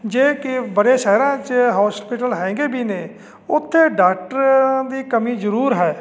ਜੇ ਕੇ ਬੜੇ ਸ਼ਹਿਰਾਂ 'ਚ ਹੋਸਪਿਟਲ ਹੈਗੇ ਵੀ ਨੇ ਉੱਥੇ ਡਾਕਟਰਾਂ ਦੀ ਕਮੀ ਜ਼ਰੂਰ ਹੈ